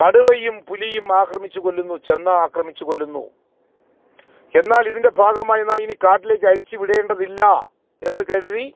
കടുവയും പുലിയും ആക്രമിച്ച് കൊല്ലുന്നു ചെന്നായ ആക്രമിച്ച് കൊല്ലുന്നു എന്നാൽ ഇതിൻ്റെ ഭാഗമായി നാം ഇനി കാട്ടിലേക്കഴിച്ച് വിടേണ്ടതില്ല എന്ന് കരുതി